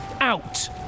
Out